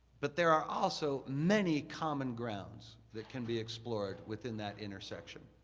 but there are also many common grounds that can be explored within that intersection.